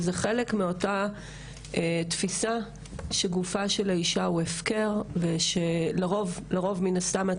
שזה חלק מאותה תפיסה שגופה של האישה הוא הפקר ולרוב מן הסתם,